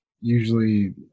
usually